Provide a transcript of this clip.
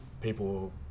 people